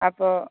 അപ്പോൾ